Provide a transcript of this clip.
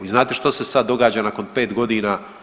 I znate što se sad događa nakon pet godina?